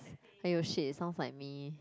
!aiyo! shit sounds like me